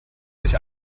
sich